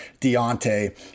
Deontay